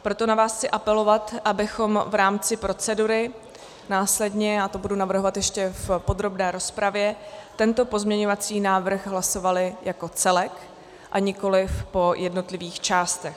Proto na vás chci apelovat, abychom v rámci procedury následně, já to budu navrhovat ještě v podrobné rozpravě, tento pozměňovací návrh hlasovali jako celek, a nikoliv po jednotlivých částech.